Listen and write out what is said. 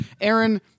Aaron